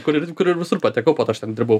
kur ir kur ir visur patekau po to aš ten dirbau